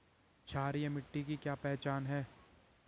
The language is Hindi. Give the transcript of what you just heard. क्षारीय मिट्टी की पहचान क्या है?